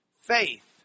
Faith